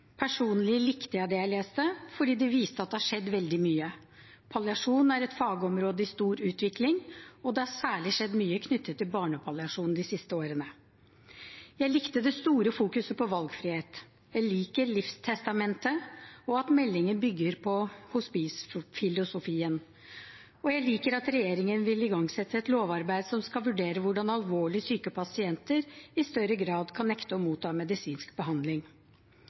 Personlig likte jeg det jeg leste, fordi det viste at det har skjedd veldig mye. Palliasjon er et fagområde i stor utvikling, og det har særlig skjedd mye knyttet til barnepalliasjon de siste årene. Jeg likte det store fokuset på valgfrihet. Jeg liker livstestamente og at meldingen bygger på hospicefilosofien. Og jeg liker at regjeringen vil igangsette et lovarbeid som skal vurdere hvordan alvorlig syke pasienter i større grad kan nekte å motta medisinsk behandling.